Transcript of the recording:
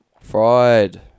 Fried